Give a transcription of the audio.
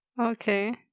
okay